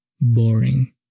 boring